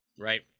Right